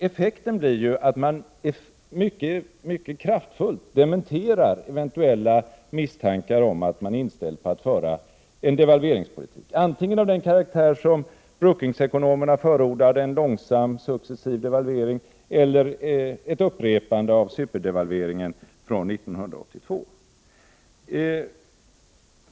Effekten blir ju att man mycket kraftfullt dementerar eventuella misstankar om att man är inställd på att föra en devalveringspolitik — antingen av den karaktär som Brookings-ekonomerna förordade, en långsam, successiv devalvering, eller som ett upprepande av superdevalveringen från 1982.